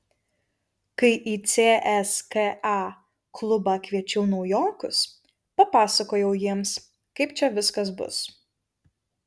kai į cska klubą kviečiau naujokus papasakojau jiems kaip čia viskas bus